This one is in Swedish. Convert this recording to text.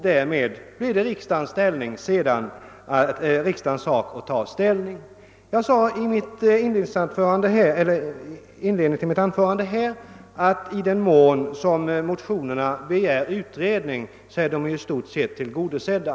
Det blir därmed riksdagens sak att sedan ta ställning till detta spörsmål. Jag sade i inledningen av mitt anförande att motionärernas utredningskrav i stort är tillgodosedda.